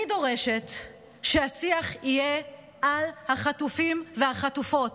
אני דורשת שהשיח יהיה על החטופים והחטופות.